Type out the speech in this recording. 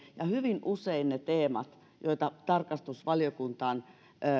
hyvin usein ne teemat joita tarkastusvaliokunta on